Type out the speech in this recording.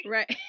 Right